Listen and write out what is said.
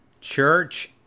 Church